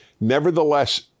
Nevertheless